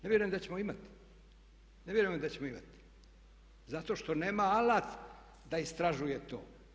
Ne vjerujem da ćemo imati, ne vjerujem ni da ćemo imati zato što nema alat da istražuje to.